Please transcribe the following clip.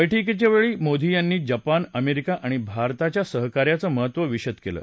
बैठकीच्या वेळी मोदी यांनी जपान अमेरिका आणि भारताच्या सहकार्याचं महत्त्व विषद केलं